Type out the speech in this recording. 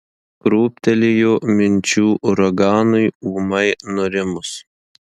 krūptelėjo minčių uraganui ūmai nurimus